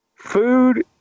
Food